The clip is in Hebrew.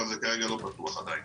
אבל זה כרגע לא פתוח עדיין.